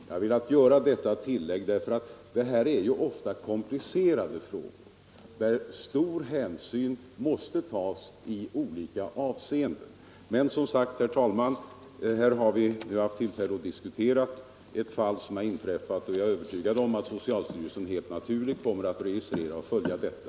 Jag har velat göra detta tillägg därför att dessa frågor ofta är komplicerade och stor hänsyn måste tas i olika avseenden. Vi har här, herr talman, haft tillfälle att diskutera ett fall som inträffat, och jag är övertygad om att socialstyrelsen också kommer att observera detta.